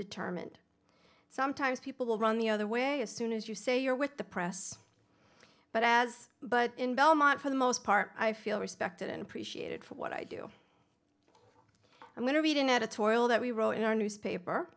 determined sometimes people will run the other way as soon as you say you're with the press but as but in belmont for the most part i feel respected and appreciated for what i do and when i read an editorial that we wrote in our newspaper